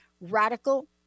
radical